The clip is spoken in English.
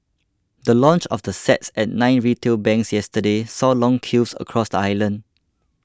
the launch of the sets at nine retail banks yesterday saw long queues across the island